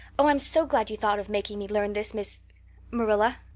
oh, i'm so glad you thought of making me learn this, miss marilla.